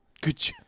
Good